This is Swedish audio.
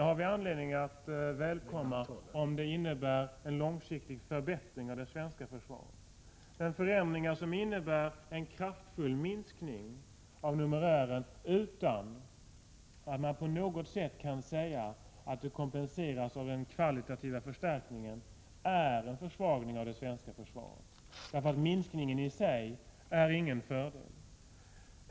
Vi har anledning att välkomna förändringar om de innebär en långsiktig förbättring av det svenska försvaret, men förändringar som innebär en kraftfull minskning av numerären utan att man på något sätt kan säga att det kompenseras av kvalitetsförstärkningar är en försvagning av det svenska försvaret. Minskningen i sig är ingen fördel.